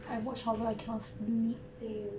I also same